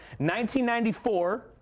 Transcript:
1994